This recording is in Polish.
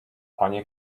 panie